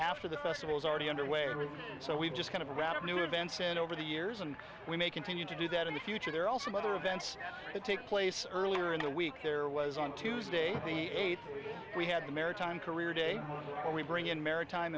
after the festival is already underway or so we've just kind of around new events and over the years and we may continue to do that in the future they're also weather events that take place earlier in the week there was on tuesday be eight we had a maritime career day where we bring in maritime